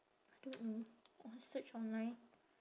I don't know search online